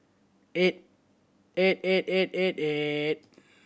eight eight eight eight eight eight